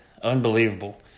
Unbelievable